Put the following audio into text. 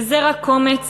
וזה רק קומץ